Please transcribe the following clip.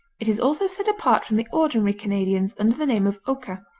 it is also set apart from the ordinary canadians under the name of oka,